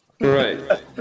Right